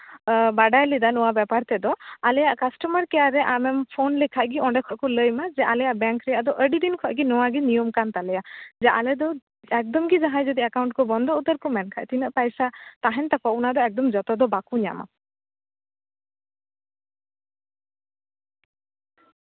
ᱵᱟᱰᱟᱭ ᱞᱮᱫᱟ ᱱᱚᱣᱟ ᱵᱮᱯᱟᱨ ᱛᱮᱫᱚ ᱟᱞᱮᱭᱟᱜ ᱠᱟᱥᱴᱚᱢᱟᱨ ᱠᱮᱭᱟᱨ ᱨᱮ ᱟᱢᱮᱢ ᱯᱷᱳᱱ ᱞᱮᱠᱷᱟᱡ ᱜᱮ ᱡᱮ ᱚᱸᱰᱮ ᱠᱷᱚᱡ ᱠᱚ ᱞᱟᱹᱭᱟᱢᱟ ᱡᱮ ᱟᱞᱮᱭᱟᱜ ᱵᱮᱝᱠ ᱨᱮᱭᱟᱜ ᱫᱚ ᱟᱹᱰᱤ ᱫᱤᱱ ᱠᱷᱚᱡ ᱜᱮ ᱱᱚᱣᱟ ᱜᱮ ᱱᱤᱭᱚᱢ ᱠᱟᱱ ᱛᱟᱞᱮᱭᱟ ᱡᱮ ᱟᱞᱮ ᱫᱚ ᱮᱠᱫᱚᱢ ᱜᱮ ᱡᱟᱦᱟᱸᱭ ᱡᱩᱫᱤ ᱮᱠᱟᱣᱩᱱᱴ ᱠᱚ ᱵᱚᱱᱫᱚ ᱩᱛᱟᱹᱨ ᱠᱚ ᱢᱮᱱ ᱠᱷᱟᱡ ᱛᱤᱱᱟᱹᱜ ᱯᱟᱭᱥᱟ ᱛᱟᱦᱮᱱ ᱛᱟᱠᱚᱣᱟ ᱚᱱᱟ ᱫᱚ ᱮᱠᱫᱚᱢ ᱡᱚᱛᱚ ᱫᱚ ᱵᱟᱠᱚ ᱧᱟᱢᱟ